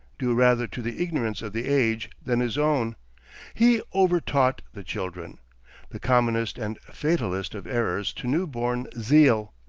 due rather to the ignorance of the age than his own he over-taught the children the commonest and fatalest of errors to new-born zeal.